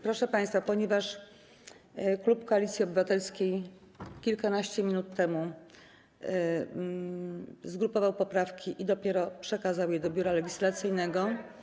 Proszę państwa, ponieważ klub Koalicji Obywatelskiej kilkanaście minut temu zgrupował poprawki i dopiero przekazał je do Biura Legislacyjnego.